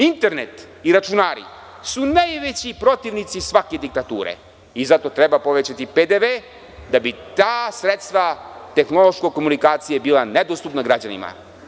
Internet i računari su najveći protivnici svake diktature i zato treba povećati PDV, da bi ta sredstva tehnološke komunikacije bila nedostupna građanima.